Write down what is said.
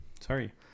Sorry